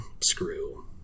screw